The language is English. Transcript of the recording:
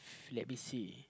let me see